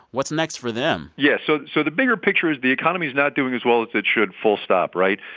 what's next for them? yeah, so so the bigger picture is the economy's not doing as well as it should full stop, right?